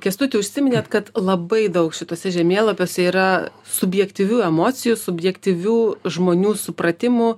kęstuti užsiminėt kad labai daug šituose žemėlapiuose yra subjektyvių emocijų subjektyvių žmonių supratimų